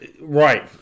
Right